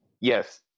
yes